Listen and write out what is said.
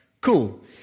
Cool